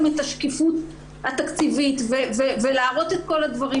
את השקיפות התקציבית ולהראות את כל הדברים,